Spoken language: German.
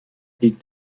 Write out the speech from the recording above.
liegt